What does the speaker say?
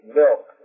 milk